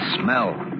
Smell